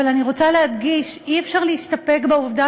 אבל אני רוצה להדגיש: אי-אפשר להסתפק בעובדה